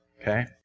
Okay